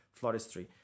floristry